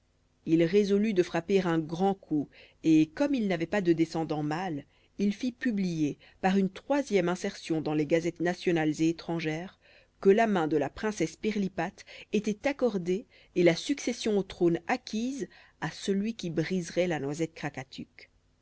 il résolut de frapper un grand coup et comme il n'avait pas de descendant mâle il fit publier par une troisième insertion dans les gazettes nationales et étrangères que la main de la princesse pirlipate était accordée et la succession au trône acquise à celui qui briserait la noisette